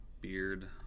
Beard